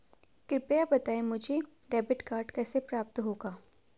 कृपया बताएँ मुझे डेबिट कार्ड कैसे प्राप्त होगा?